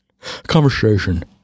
Conversation